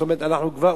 זאת אומרת, או-טו-טו